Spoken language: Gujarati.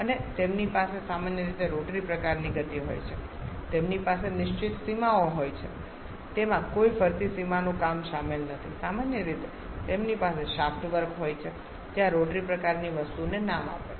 અને તેમની પાસે સામાન્ય રીતે રોટરી પ્રકારની ગતિ હોય છે તેમની પાસે નિશ્ચિત સીમાઓ હોય છે તેમાં કોઈ ફરતી સીમાનું કામ સામેલ નથી સામાન્ય રીતે તેમની પાસે શાફ્ટ વર્ક હોય છે જે આ રોટરી પ્રકારની વસ્તુને નામ આપે છે